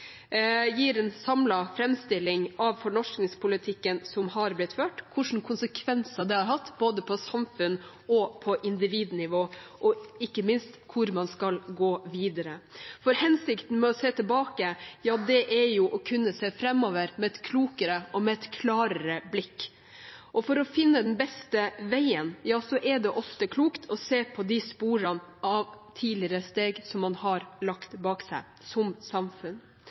gir en samlet framstilling av fornorskningspolitikken som har blitt ført, hva slags konsekvenser det har hatt både på samfunnsnivå og på individnivå, og ikke minst hvor man skal gå videre. Hensikten med å se tilbake er å kunne se framover med et klokere og klarere blikk, og for å finne den beste veien er det ofte klokt å se på sporene av tidligere steg som man har lagt bak seg som samfunn.